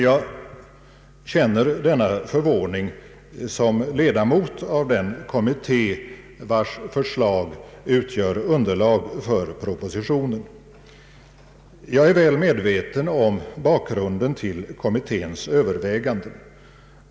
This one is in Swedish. Jag känner denna förvåning såsom ledamot av den kommitté vars förslag utgör underlag för propositionen. Jag är väl medveten om bakgrunden till kommitténs överväganden.